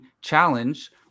challenge